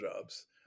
jobs